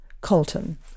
Colton